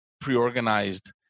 pre-organized